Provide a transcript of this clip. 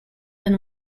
than